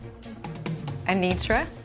Anitra